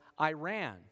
Iran